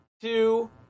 two